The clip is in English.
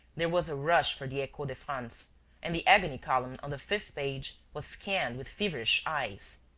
there was a rush for the echo de france and the agony-column on the fifth page was scanned with feverish eyes.